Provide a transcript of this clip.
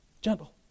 Gentle